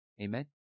Amen